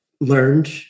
learned